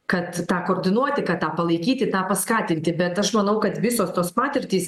kad tą koordinuoti kad tą palaikyti tą paskatinti bet aš manau kad visos tos patirtys